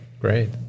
Great